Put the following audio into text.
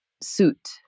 suit